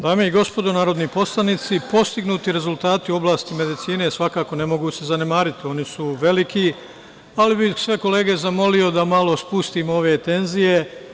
Dame i gospodo narodni poslanici, postignuti rezultati u oblasti medicine svakako se ne mogu zanemariti, oni su veliki, ali bih sve kolege zamolio da malo spustimo ove tenzije.